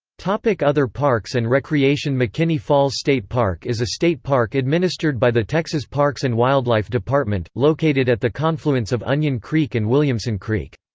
like other parks and recreation mckinney falls state park is a state park administered by the texas parks and wildlife department, located at the confluence of onion creek and williamson creek.